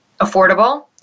affordable